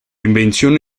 invención